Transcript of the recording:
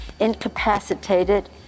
incapacitated